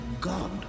God